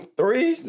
three